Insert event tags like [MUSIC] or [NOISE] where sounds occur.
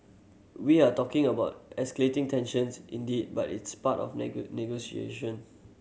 we're talking about escalating tensions indeed but it's part of [UNINTELLIGIBLE] negotiation